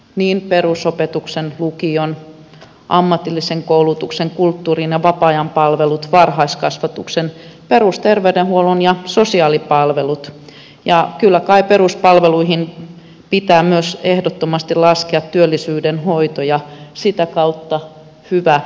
niin perusopetuksen lukion ja ammatillisen koulutuksen kuin kulttuurin ja vapaa ajan palvelut varhaiskasvatuksen perusterveydenhuollon ja sosiaalipalvelut ja kyllä kai peruspalveluihin pitää myös ehdottomasti laskea työllisyyden hoito ja sitä kautta hyvä elinvoimainen kunta